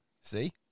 See